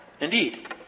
indeed